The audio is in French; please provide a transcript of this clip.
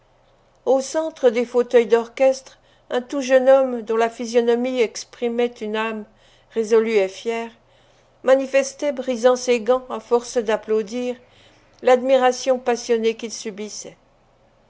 au centre des fauteuils d'orchestre un tout jeune homme dont la physionomie exprimait une âme résolue et fière manifestait brisant ses gants à force d'applaudir l'admiration passionnée qu'il subissait